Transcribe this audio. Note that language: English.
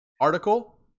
article